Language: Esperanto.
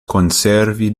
konservi